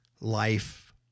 life